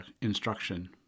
instruction